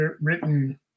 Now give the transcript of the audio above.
written